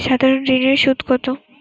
সাধারণ ঋণের সুদ কত?